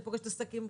אני פוגשת בעלי עסקים,